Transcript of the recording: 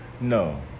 No